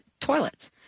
toilets